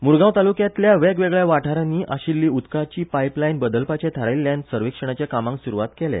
मुरगांव तालुक्यांतल्या वेगवेगळ्या वाठारांनी आशिल्ली उदकाची पायपलायन बदलपाचें थारायिल्ल्यान सर्वेक्षणाच्या कामाक सुरवात केल्या